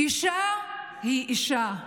אישה היא אישה,